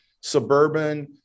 suburban